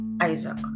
isaac